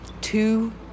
two